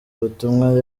ubutumwa